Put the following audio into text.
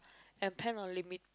and plan on limit~